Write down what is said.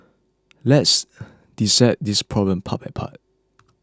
let's dissect this problem part by part